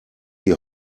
die